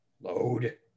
Load